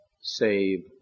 Save